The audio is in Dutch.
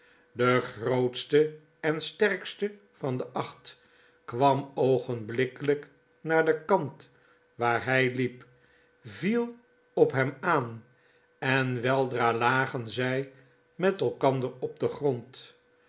de grootste en sterkste van de acht kwam oogenblikkelijk naar den kant waar hij liep viel op hem aan en weldra lagenzijmet elkander op den grond